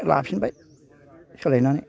लाफिनबाय सोलायनानै